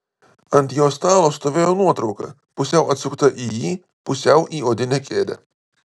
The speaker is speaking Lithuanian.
ant jo stalo stovėjo nuotrauka pusiau atsukta į jį pusiau į odinę kėdę